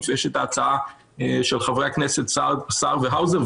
ויש את ההצעה של חברי הכנסת סער והאוזר,